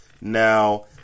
now